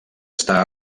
està